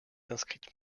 inscrite